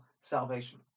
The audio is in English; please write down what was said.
salvation